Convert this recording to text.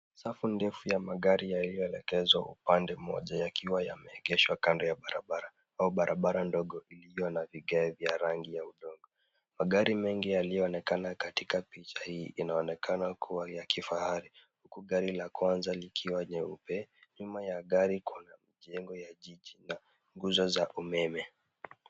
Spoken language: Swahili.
Safu ndefu ya magari yaliyoelekezwa upande mmoja yakiwa yameegeshwa kando ya barabara au barabara ndogo iliyo na vigae vya rangi ya udongo. Magari mengi yaliyoonekana katika picha hii inaonekana kuwa ya kifahari, huku gari la kwanza likiwa nyeupe. Nyuma ya gari kuna majengo ya jiji na nguzo za umeme.